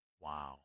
Wow